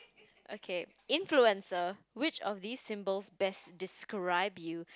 okay influencer which of these symbols best describe you